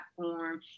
platform